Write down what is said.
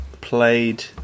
played